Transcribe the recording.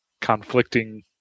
conflicting